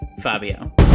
fabio